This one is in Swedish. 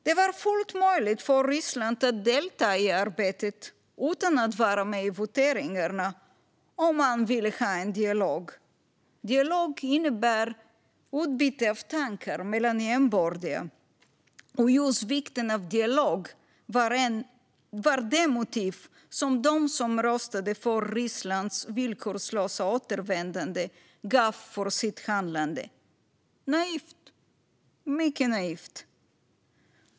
Det var fullt möjligt för Ryssland att delta i arbetet utan att vara med i voteringarna, om man ville ha en dialog. Dialog innebär utbyte av tankar mellan jämbördiga. Och just vikten av dialog var det motiv som de som röstade för Rysslands villkorslösa återvändande gav för sitt handlande - naivt, mycket naivt.